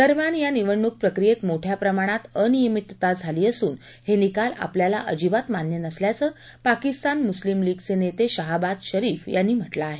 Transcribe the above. दरम्यान या निवडणुक प्रक्रियेत मोठ्या प्रमाणात अनियमितता झाली असून हे निकाल आपल्याला अजिबात मान्य नसल्याचं पाकिस्तान मुस्लीम लीगचे नेते शहाबाद शरीफ यांनी म्हा क्रिं आहे